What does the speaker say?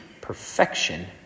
perfection